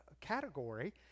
category